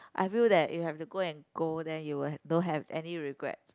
I feel that if have to go and go then you will have don't have any regret